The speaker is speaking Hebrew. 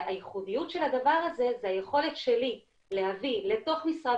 והייחודיות של הדבר הזה זה היכולת שלי להביא לתוך משרד